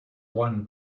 one